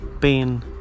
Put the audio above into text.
pain